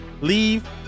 leave